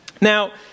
now